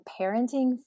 parenting